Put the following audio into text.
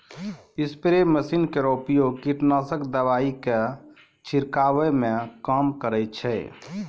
spray machine केरो प्रयोग कीटनाशक दवाई क छिड़कावै म काम करै छै